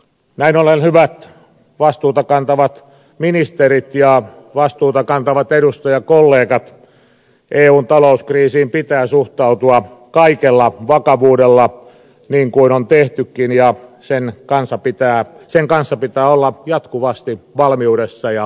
näin ollen hyvät vastuuta kantavat ministerit ja vastuuta kantavat edustajakollegat eun talouskriisiin pitää suhtautua kaikella vakavuudella niin kuin on tehtykin ja sen kanssa pitää olla jatkuvasti valmiudessa ja hereillä